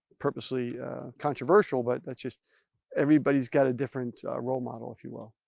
purposely controversial but that's just everybody's got a different role model, if you will.